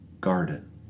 garden